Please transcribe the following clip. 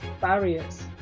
barriers